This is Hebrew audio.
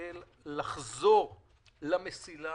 ישראל לחזור למסילה